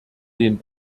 den